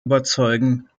überzeugen